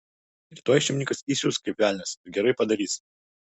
rytoj šeimininkas įsius kaip velnias ir gerai padarys